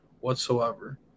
whatsoever